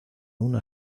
una